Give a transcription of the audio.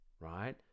right